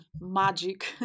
magic